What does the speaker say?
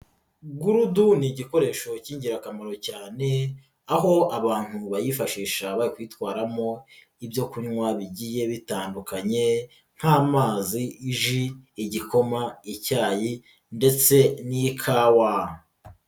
Gurudu ni igikoresho k'ingirakamaro cyane aho abantu bayifashisha bari kuyitwaramo ibyo kunywa bigiye bitandukanye nk'amazi, ji, igikoma, icyayi ndetse n'ikawa.